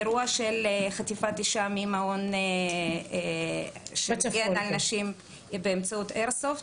את האירוע של חטיפת אישה ממעון שמגן על נשים באמצעות איירסופט,